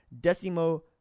Decimo